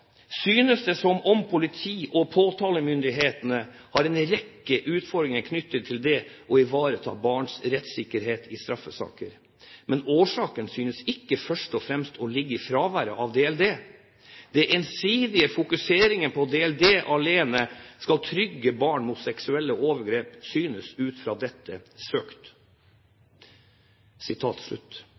synes det som om politi og påtalemyndigheten har utfordringer knyttet til det å ivareta barns rettssikkerhet i straffesaker. Men årsaken synes ikke i første rekke å være fraværet av Datalagringsdirektivet.» Videre: «Den ensidige fokuseringen på at det er Datalagringsdirektivet alene som skal trygge barn mot seksuelle overgrep synes ut fra dette noe søkt.»